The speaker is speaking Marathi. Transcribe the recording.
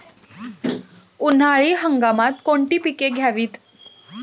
उन्हाळी हंगामात कोणती पिके घ्यावीत?